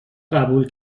قبول